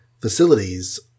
facilities